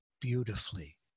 beautifully